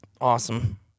awesome